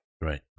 Right